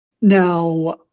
now